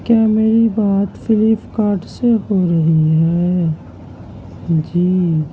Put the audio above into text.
کیا میری بات فلپ کارٹ سے ہو رہی ہے جی